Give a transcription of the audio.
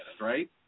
right